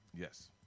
Yes